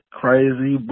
crazy